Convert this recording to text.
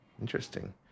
Interesting